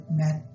met